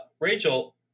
Rachel